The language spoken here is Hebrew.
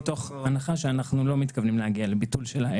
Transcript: מתוך הנחה שאנחנו לא מתכוונים להגיע לביטול שלה,